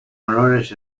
honores